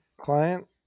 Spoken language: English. Client